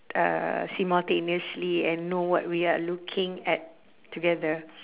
uh simultaneously and know what we are looking at together